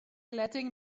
letting